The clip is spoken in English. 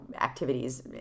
activities